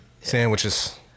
sandwiches